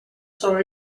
solo